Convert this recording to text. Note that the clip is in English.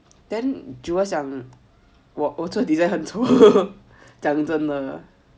then jewel 讲我这个很丑讲真的